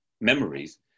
memories